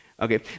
Okay